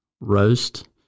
roast